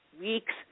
weeks